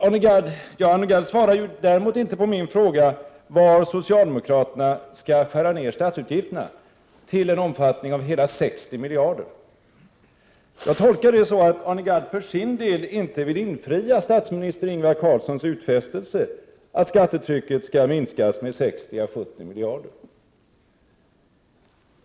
Arne Gadd svarade däremot inte på min fråga, var socialdemokraterna skall skära ner statsutgifterna i en omfattning av hela 60 miljarder. Jag tolkar det så, att Arne Gadd för sin del inte vill infria statsminister Ingvar Carlssons utfästelse att skattetrycket skall minskas med 60 å 70 miljarder.